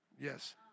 Yes